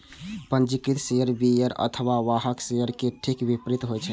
पंजीकृत share bearer अथवा वाहक शेयर के ठीक विपरीत होइ छै